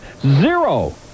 Zero